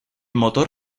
motor